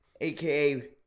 aka